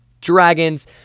dragons